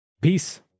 Peace